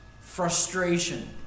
frustration